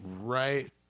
right